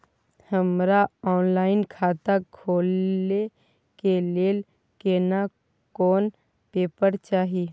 हमरा ऑनलाइन खाता खोले के लेल केना कोन पेपर चाही?